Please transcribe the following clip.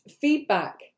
feedback